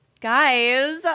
guys